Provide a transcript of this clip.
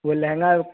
वह लहंगा